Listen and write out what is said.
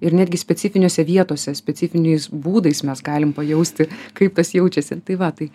ir netgi specifinėse vietose specifiniais būdais mes galim pajausti kaip tas jaučiasi tai va tai